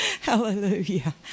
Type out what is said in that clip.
Hallelujah